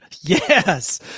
Yes